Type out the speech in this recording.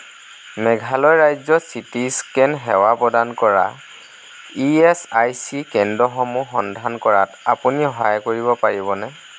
মেঘালয় ৰাজ্যত CT scan সেৱা প্ৰদান কৰা ই এচ আই চি কেন্দ্ৰসমূহ সন্ধান কৰাত আপুনি সহায় কৰিব পাৰিবনে